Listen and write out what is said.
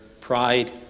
pride